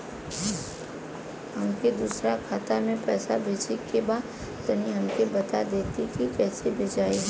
हमके दूसरा खाता में पैसा भेजे के बा तनि हमके बता देती की कइसे भेजाई?